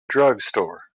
drugstore